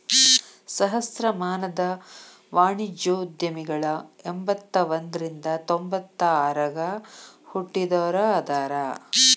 ಸಹಸ್ರಮಾನದ ವಾಣಿಜ್ಯೋದ್ಯಮಿಗಳ ಎಂಬತ್ತ ಒಂದ್ರಿಂದ ತೊಂಬತ್ತ ಆರಗ ಹುಟ್ಟಿದೋರ ಅದಾರ